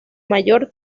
mayor